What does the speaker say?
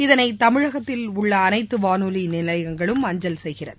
இதனை தமிழகத்தில் உள்ள அனைத்து வானொலி நிலையங்களும் அஞ்சல் செய்யும்